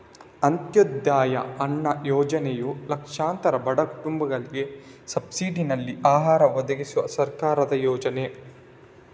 ಅಂತ್ಯೋದಯ ಅನ್ನ ಯೋಜನೆಯು ಲಕ್ಷಾಂತರ ಬಡ ಕುಟುಂಬಗಳಿಗೆ ಸಬ್ಸಿಡಿನಲ್ಲಿ ಆಹಾರ ಒದಗಿಸುವ ಸರ್ಕಾರದ ಯೋಜನೆ